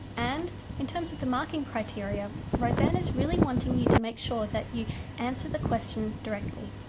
and in terms of the marking criteria rosanne is really wanting you to make sure that you answer the question directly.